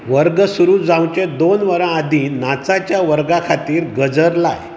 वर्ग सुरू जावंचे दोन वरां आदीं नाचाच्या वर्गा खातीर गजर लाय